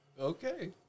Okay